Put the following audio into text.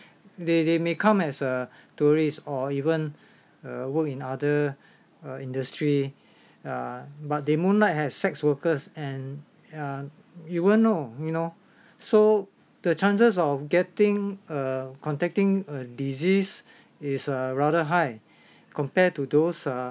they they may come as a tourist or even uh work in other uh industry uh but they moonlight has sex workers and yeah you won't know you know so the chances of getting a contacting a disease is uh rather high compared to those uh